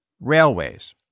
railways